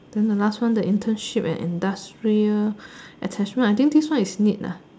then the last one the internship and industrial attachment I think this one is the need lah